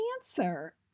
answer